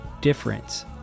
difference